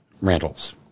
rentals